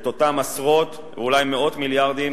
את אותם עשרות ואולי מאות מיליארדים